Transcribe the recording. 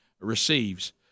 receives